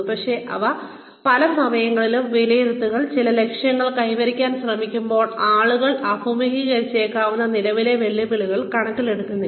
പക്ഷേ പല സമയങ്ങളിലെയും വിലയിരുത്തലുകൾ ചില ലക്ഷ്യങ്ങൾ കൈവരിക്കാൻ ശ്രമിക്കുമ്പോൾ ആളുകൾ അഭിമുഖീകരിച്ചേക്കാവുന്ന നിലവിലെ വെല്ലുവിളികൾ കണക്കിലെടുക്കുന്നില്ല